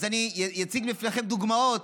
אציג לפניכם דוגמאות.